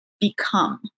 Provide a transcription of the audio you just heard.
become